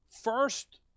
first